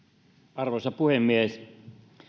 arvoisa puhemies